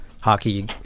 hockey